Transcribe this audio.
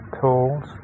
tools